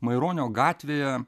maironio gatvėje